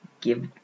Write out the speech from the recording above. give